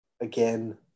again